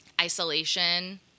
Isolation